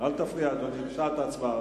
אל תפריע, אדוני, בשעת ההצבעה.